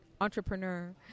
entrepreneur